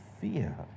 fear